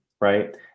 right